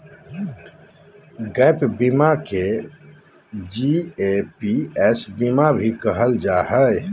gap बीमा के GAPS बीमा भी कहल जा हय